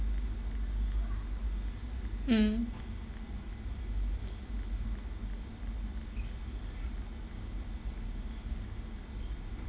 mm